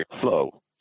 flow